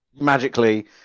magically